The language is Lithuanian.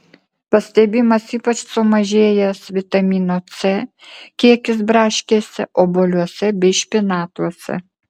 pastebimas ypač sumažėjęs vitamino c kiekis braškėse obuoliuose bei špinatuose